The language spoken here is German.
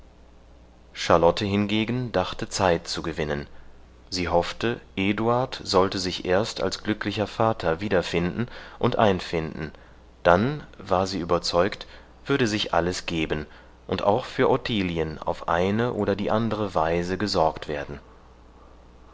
charlotte hingegen dachte zeit zu gewinnen sie hoffte eduard sollte sich erst als glücklicher vater wiederfinden und einfinden dann war sie überzeugt würde sich alles geben und auch für ottilien auf eine oder die andere weise gesorgt werden